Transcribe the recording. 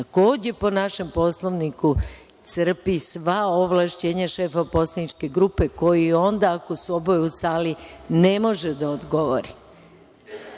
Takođe, po našem Poslovniku crpi sva ovlašćenja šefa poslaničke grupe, koji, onda, ako su oboje u sali, ne može da odgovori.(Milorad